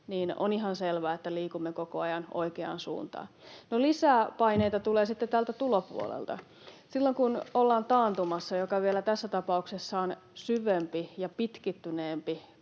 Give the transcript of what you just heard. niin on ihan selvää, että liikumme koko ajan oikeaan suuntaan. No, lisää paineita tulee sitten täältä tulopuolelta. Silloin kun ollaan taantumassa — joka vielä tässä tapauksessa on syvempi ja pitkittyneempi